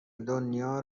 دنیا